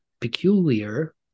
peculiar